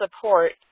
support